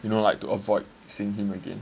you know like to avoid seeing him again